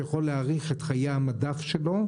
שיכול להאריך את חיי המדף שלו,